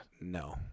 No